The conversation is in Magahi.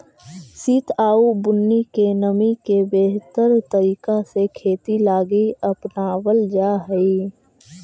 सित आउ बुन्नी के नमी के बेहतर तरीका से खेती लागी अपनाबल जा हई